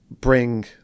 bring